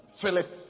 Philip